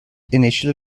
initial